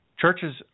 Churches